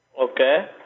Okay